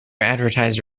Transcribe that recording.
advertise